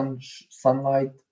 sunlight